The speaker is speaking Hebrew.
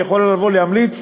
ולהמליץ,